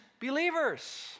believers